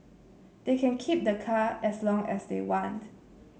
they can keep the car as long as they want